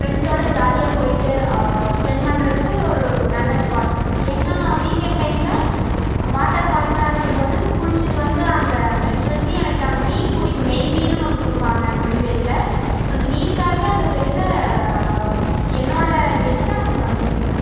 ஃப்ரெண்ட்ஸோடு ஜாலியாக போய்விட்டு ஸ்பெண்ட் பண்ணுறக்கு ஒரு நல்ல ஸ்பாட் ஏன்னால் வீக்கெண்ட் டைமில் வாட்டர் ஃபால்ஸ்யெலாம் இருக்கும்போது குளிச்சுட்டு வந்து அங்கே எக்ஸ்பெஷலி எனக்கு அங்கே மீன் பிடிக்கும் நெய் மீனுன்னு ஒன்று கொடுப்பாங்க கொடிவேரியில் ஸோ அந்த மீனுக்காகவே அந்த பிளேஸை என்னோட கெஸ்ட்டை அங்கே நான் கூட்டிகிட்டு போவேன்